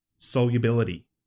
solubility